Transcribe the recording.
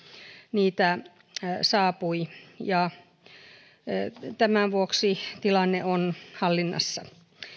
niitä saapui tämän vuoksi tilanne on hallinnassa